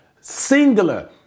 singular